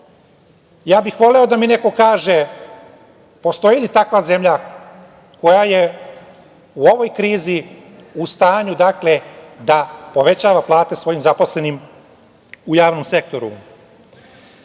bih da mi neko kaže, postoji li takva zemlja koja je u ovoj krizi u stanju da povećava plate svojim zaposlenima u javnom sektoru? Jedan